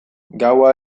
gaua